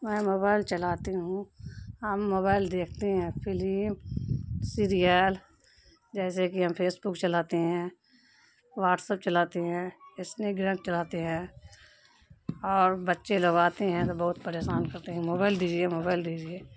میں موبائل چلاتی ہوں ہم موبائل دیکھتے ہیں فلم سیریئل جیسے کہ ہم فیس بک چلاتے ہیں واٹسایپ چلاتے ہیں انسٹا گرام چلاتے ہیں اور بچے لوگ آتے ہیں تو بہت پریشان کرتے ہیں موبائل دیجیے موبائل دیجیے